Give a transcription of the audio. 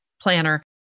planner